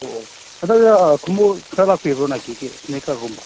ꯑꯣ ꯑꯣ ꯍꯟꯗꯛꯁꯦ ꯈꯨꯃꯨꯛ ꯈꯔ ꯂꯥꯛꯄꯤꯕ꯭ꯔꯣ ꯅꯥꯏꯀꯤꯒꯤ ꯏꯁꯅꯤꯛꯀꯔꯒꯨꯝꯕ